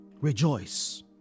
Rejoice